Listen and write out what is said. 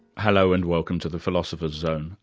hello, and welcome to the philosopher's zone.